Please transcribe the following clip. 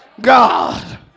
God